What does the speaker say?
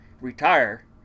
retire